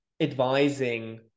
advising